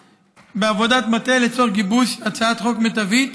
בעבודת המטה לצורך גיבוש הצעה מיטבית,